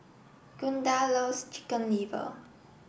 Gunda loves chicken liver